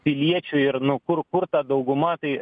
piliečių ir nu kur kur ta dauguma tai